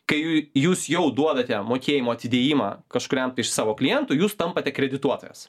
kai jūs jau duodate mokėjimo atidėjimą kažkuriam tai iš savo klientų jūs tampate akredituotas